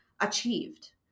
achieved